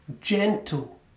gentle